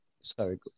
sorry